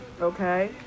okay